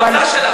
מה המוצא שלך?